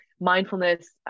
mindfulness